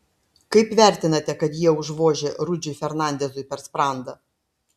kaip vertinate kad jie užvožė rudžiui fernandezui per sprandą